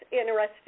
interested